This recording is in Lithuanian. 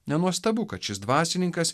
nenuostabu kad šis dvasininkas